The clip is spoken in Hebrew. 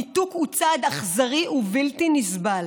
ניתוק הוא צעד אכזרי ובלתי נסבל.